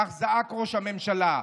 כך זעק ראש הממשלה.